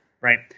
Right